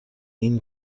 این